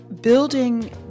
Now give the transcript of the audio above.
building